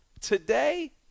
today